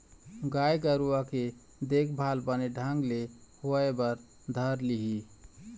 गाय गरुवा के देखभाल बने ढंग ले होय बर धर लिही